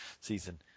season